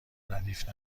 دریافت